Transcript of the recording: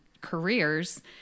careers